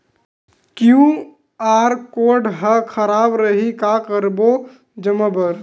QR code हा खराब रही का करबो जमा बर?